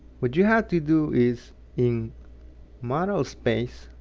what you have to do is in model space